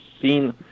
seen